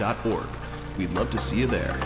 dot org we'd love to see you there